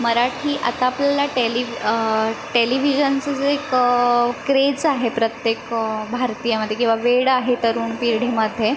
मराठी आता आपल्याला टेली टेलिव्हिजनचं जे क क्रेझ आहे प्रत्येक भारतीयामध्ये किवा वेड आहे तरुण पिढीमध्ये